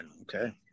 Okay